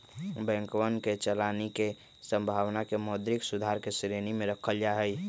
बैंकवन के चलानी के संभावना के मौद्रिक सुधार के श्रेणी में रखल जाहई